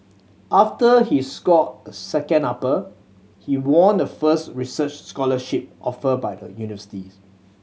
after he scored a second upper he won the first research scholarship offered by the universities